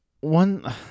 One